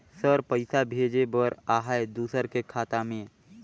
Sir पइसा भेजे बर आहाय दुसर के खाता मे?